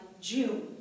June